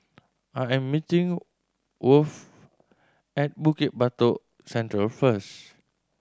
I am meeting Worth at Bukit Batok Central first